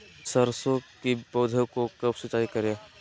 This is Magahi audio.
सरसों की पौधा को कब सिंचाई करे?